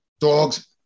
Dogs